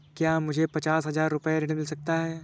क्या मुझे पचास हजार रूपए ऋण मिल सकता है?